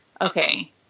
okay